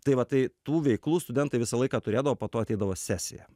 tai va tai tų veiklų studentai visą laiką turėdavo po to ateidavo sesija